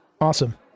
awesome